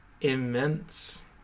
immense